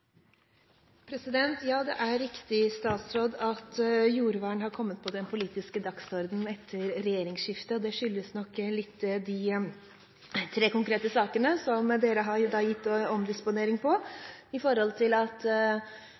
side. Ja, det er riktig, statsråd, at jordvern har kommet på den politiske dagsordenen etter regjeringsskiftet, og det skyldes nok litt de tre konkrete sakene der dere har gitt anledning til omdisponering. Meningsmålinger her viser at